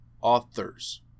authors